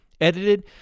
edited